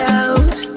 out